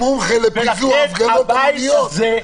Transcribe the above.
זו בעיה של מומחה לפיזור הפגנות המוניות,